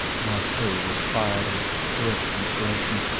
my soul was fired with poetic inspiration.